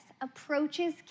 approaches